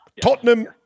Tottenham